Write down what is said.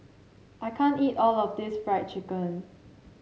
I can't eat all of this Fried Chicken